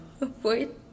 avoid